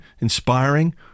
Inspiring